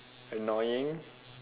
annoying